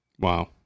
Wow